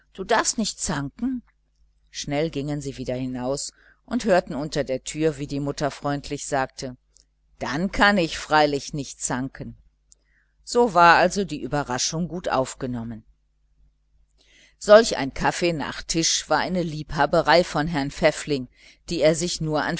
du darfst nicht zanken schnell gingen sie wieder hinaus und hörten eben unter der türe wie die mutter freundlich sagte dann kann ich freilich nicht zanken so war also die überraschung gut aufgenommen worden solch ein kaffee nach tisch war eine liebhaberei von herrn pfäffling die er sich nur